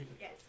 Yes